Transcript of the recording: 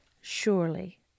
Surely